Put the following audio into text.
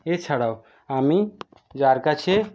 এছাড়াও আমি যার কাছে